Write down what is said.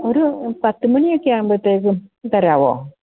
ഒരു പത്ത് മണിയൊക്കെ ആകുമ്പത്തേക്കും തരാവോ